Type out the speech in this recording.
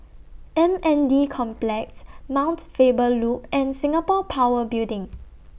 M N D Complex Mount Faber Loop and Singapore Power Building